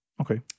Okay